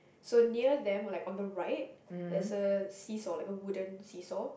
so near them oh like on the right there's a seesaw like a wooden seesaw